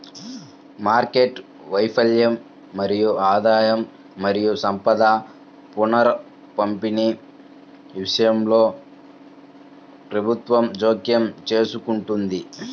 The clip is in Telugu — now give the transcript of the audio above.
మార్కెట్ వైఫల్యం మరియు ఆదాయం మరియు సంపద పునఃపంపిణీ విషయంలో ప్రభుత్వం జోక్యం చేసుకుంటుంది